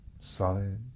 solid